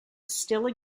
still